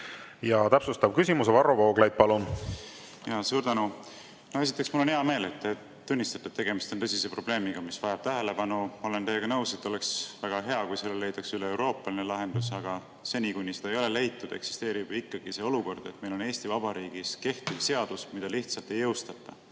sammud, mida saaks astuda. Suur tänu! Esiteks mul on hea meel, et te tunnistate, et tegemist on tõsise probleemiga, mis vajab tähelepanu. Olen teiega nõus, et oleks väga hea, kui sellele leitaks üleeuroopaline lahendus. Aga seni, kuni seda ei ole leitud, eksisteerib ikkagi see olukord, et meil on Eesti Vabariigis kehtiv seadus, mida lihtsalt ei [täideta].